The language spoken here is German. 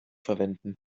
verwenden